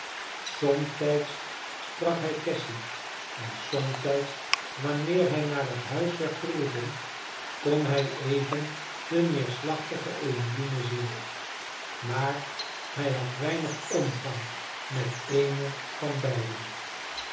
somtijds sprak hij cassy en somtijds wanneer hij naar het huis werd geroepen kon hij even de neerslachtige emmeline zien maar hij had weinig omgang met eene van beiden